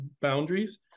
boundaries